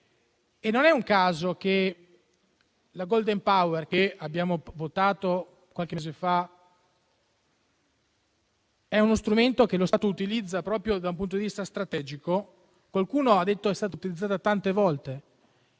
Non è un caso che il *golden power*, per il quale abbiamo votato qualche mese fa, sia uno strumento che lo Stato utilizza proprio da un punto di vista strategico. Qualcuno ha detto che è stato utilizzato molte volte.